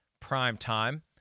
primetime